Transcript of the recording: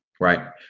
right